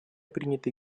принятой